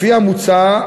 לפי המוצע,